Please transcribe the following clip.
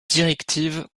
directives